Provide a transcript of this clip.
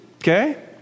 Okay